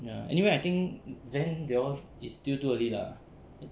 ya anyway I think then they all is still too early lah